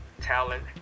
talent